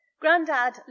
Grandad